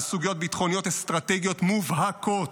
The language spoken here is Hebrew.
בסוגיות ביטחוניות אסטרטגיות מובהקות.